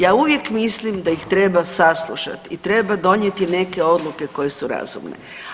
Ja uvijek mislim da ih treba saslušat i treba donijeti neke odluke koje su razumne.